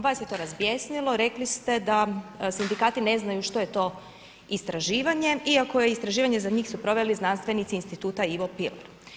Vas je to razbjesnilo i rekli ste, da sindikati ne znaju što je to istraživanje, iako je istraživanje, za njih su proveli znanstvenici instituta Ivo Pil.